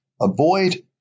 avoid